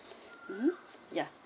mm yeah